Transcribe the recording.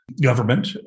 government